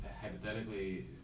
hypothetically